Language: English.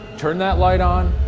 turn that light on.